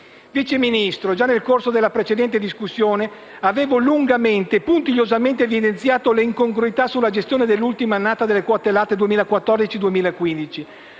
Vice Ministro, già nel corso della precedente discussione, avevo lungamente e puntigliosamente evidenziato le incongruità sulla gestione dell'ultima annata delle quote latte 2014-2015.